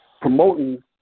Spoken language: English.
promoting